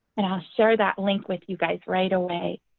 and i'll share that link with you guys right away